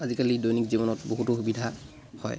আজিকালি দৈনিক জীৱনত বহুতো সুবিধা হয়